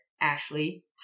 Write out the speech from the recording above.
Ashley